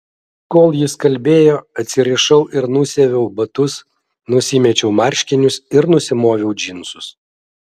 kol jis kalbėjo atsirišau ir nusiaviau batus nusimečiau marškinius ir nusimoviau džinsus